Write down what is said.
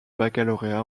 baccalauréat